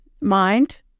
Mind